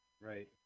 Right